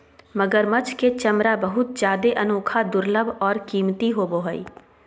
मगरमच्छ के चमरा बहुत जादे अनोखा, दुर्लभ और कीमती होबो हइ